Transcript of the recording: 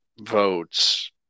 votes